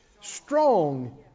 strong